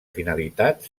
finalitat